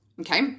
Okay